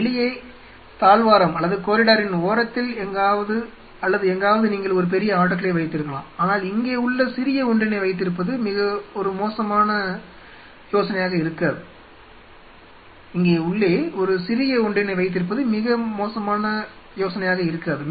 வெளியே தாழ்வாரத்தின் ஓரத்தில் அல்லது எங்காவது நீங்கள் ஒரு பெரிய ஆட்டோகிளேவ் வைத்திருக்கலாம் ஆனால் இங்கே உள்ளே சிறிய ஒன்றினை வைத்திருப்பது ஒரு மோசமான யோசனையாக இருக்காது